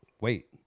wait